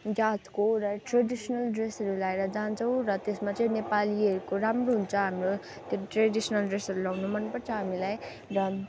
जातको र ट्रेडिसनल ड्रेसहरू लगाएर जान्छौँ र त्यसमा चाहिँ नेपालीहरूको राम्रो हुन्छ हाम्रो त्यो ट्रेडिसनल ड्रेसहरू लगाउन मनपर्छ हामीलाई र